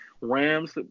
Rams